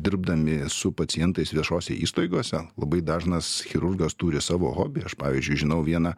dirbdami su pacientais viešose įstaigose labai dažnas chirurgas turi savo hobį aš pavyzdžiui žinau vieną